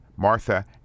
Martha